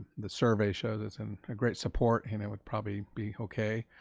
the survey shows us and a great support and it would probably be okay.